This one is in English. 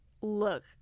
Look